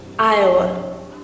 Iowa